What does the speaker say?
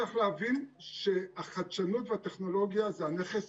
צריך להבין שהחדשנות והטכנולוגיה זה הנכס